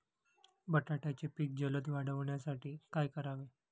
बटाट्याचे पीक जलद वाढवण्यासाठी काय करावे?